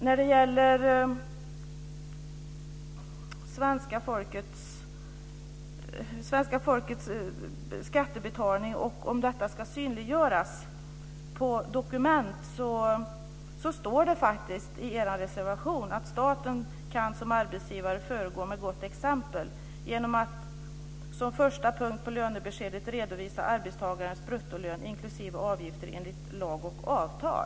När det gäller svenska folkets skattebetalning och om detta ska synliggöras på dokument, står det faktiskt i er reservation: "Staten kan som arbetsgivare föregå med gott exempel genom att som första punkt på lönebeskedet redovisa arbetstagarens bruttolön inklusive avgifter enligt lag och avtal."